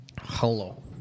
hello